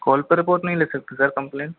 call पर report नहीं लिख सकते सर कम्प्लेन